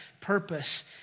purpose